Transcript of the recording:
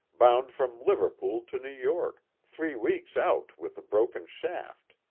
bound from liverpool to new york, three weeks out with a broken shaft.